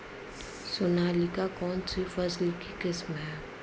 सोनालिका कौनसी फसल की किस्म है?